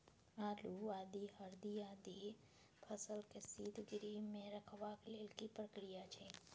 आलू, आदि, हरदी आदि फसल के शीतगृह मे रखबाक लेल की प्रक्रिया अछि?